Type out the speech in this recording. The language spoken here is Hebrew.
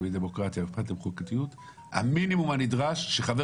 מדמוקרטיה ואכפת לכם מחוקתיות אז המינימום הנדרש שחבר